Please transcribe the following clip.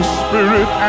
spirit